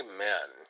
Amen